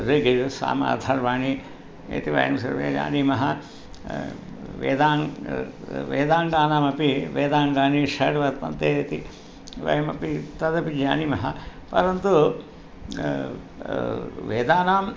ऋग्यजुस्सामअथर्वाणि इति वयं सर्वे जानीमः वेदान् वेदाङ्गानामपि वेदाङ्गानि षड् वर्तन्ते इति वयमपि तदपि जानीमः परन्तु वेदानाम्